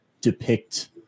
depict